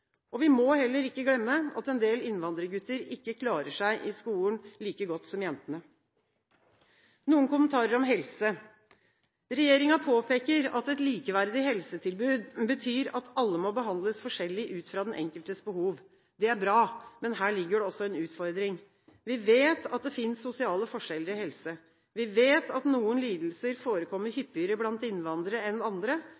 innvandrerkvinner. Vi må heller ikke glemme at en del innvandrergutter ikke klarer seg like godt i skolen som jentene. Noen kommentarer om helse: Regjeringen påpeker at et likeverdig helsetilbud betyr at alle må behandles forskjellig, ut fra den enkeltes behov. Det er bra, men her ligger det også en utfordring. Vi vet at vi det finnes sosiale forskjeller i helse. Vi vet at noen lidelser forekommer